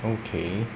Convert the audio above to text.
okay